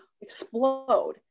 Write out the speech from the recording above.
explode